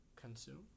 consume